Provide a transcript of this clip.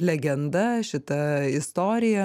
legenda šita istorija